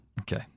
Okay